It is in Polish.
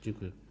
Dziękuję.